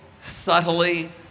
subtly